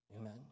Amen